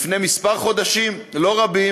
לפני מספר חודשים לא רב,